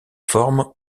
forme